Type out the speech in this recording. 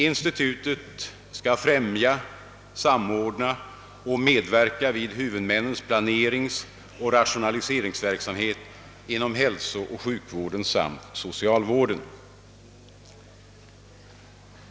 Institutet skall främja, samordna och medverka till huvudmännens planeringsoch rationaliseringsverksamhet inom hälsooch sjukvården samt socialvården.